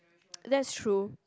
that's true